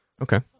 Okay